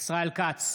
ישראל כץ,